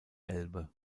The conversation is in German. elbe